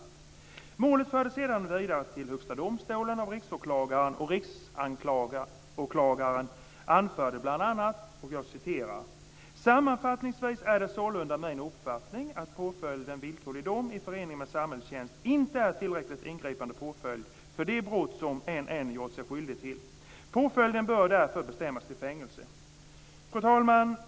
Målet fördes sedan vidare till Högsta domstolen av Riksåklagaren. Riksåklagaren anförde bl.a.: "Sammanfattningsvis är det således min uppfattning att påföljden villkorlig dom i förening med samhällstjänst inte är tillräckligt ingripande påföljd för det brott som NN gjort sig skyldig till. Påföljden bör därför bestämmas till fängelse." Fru talman!